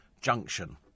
Junction